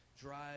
Drive